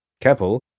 Keppel